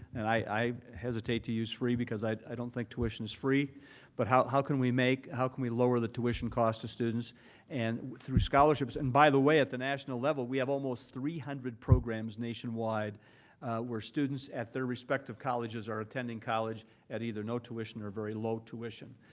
and i i hesitate to use free because i don't think tuition is free but how how can we make how can we lower the tuition cost to students and through scholarships, and by the way, at the national level, we have almost three hundred programs nationwide where students at their respective colleges are attending college at either no tuition or very low tuition,